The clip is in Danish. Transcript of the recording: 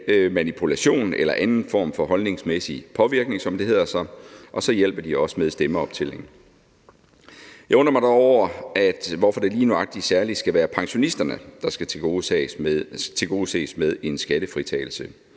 valgmanipulation eller anden form for holdningsmæssig påvirkning, som det hedder, og så hjælper de også med stemmeoptælling. Jeg undrer mig da over, at det lige nøjagtig skal være pensionisterne, der især skal tilgodeses med en skattefritagelse.